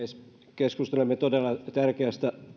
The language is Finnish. keskustelemme todella tärkeästä